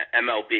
MLB